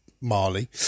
Marley